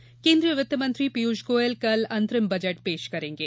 budget प्रसारण केन्द्रीय वित्त मंत्री पीयूष गोयल कल अंतरिम बजट पेश करेंगे